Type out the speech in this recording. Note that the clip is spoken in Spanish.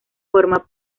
forma